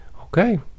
Okay